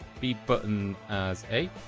b button as a